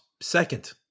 second